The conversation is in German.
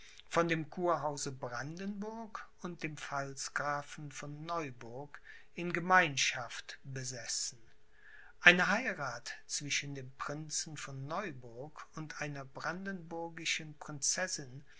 von dem kurhause brandenburg und dem pfalzgrafen von neuburg in gemeinschaft besessen eine heirath zwischen dem prinzen von neuburg und einer brandenburgischen prinzessin